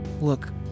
Look